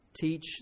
teach